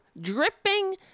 dripping